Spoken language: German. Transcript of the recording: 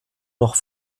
noch